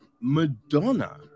Madonna